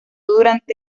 durante